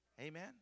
Amen